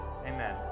Amen